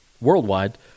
worldwide